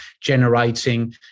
generating